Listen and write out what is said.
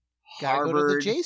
Harvard